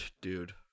dude